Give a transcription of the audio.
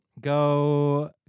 go